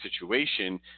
situation